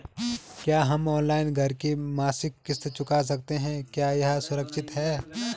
क्या हम ऑनलाइन घर की मासिक किश्त चुका सकते हैं क्या यह सुरक्षित है?